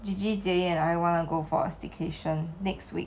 G G jay and I want to go for a staycation next week